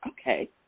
Okay